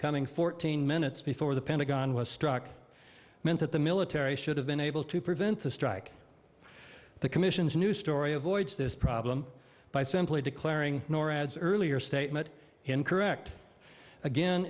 coming fourteen minutes before the pentagon was struck meant that the military should have been able to prevent the strike the commission's news story avoids this problem by simply declaring norad's earlier statement incorrect again